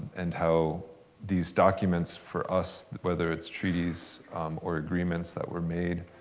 and how these documents, for us, whether it's treaties or agreements that were made,